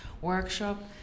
workshop